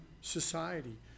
society